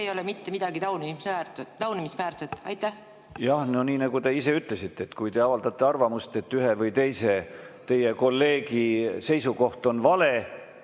ega ole mitte midagi taunimisväärset? Jah. No nii nagu te ise ütlesite: kui te avaldate arvamust, et ühe või teise teie kolleegi seisukoht on vale,